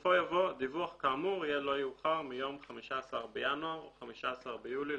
ובסופו יבוא "דיווח כאמור יהיה לא יאוחר מיום 15 בינואר או 15 ביולי,